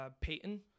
Peyton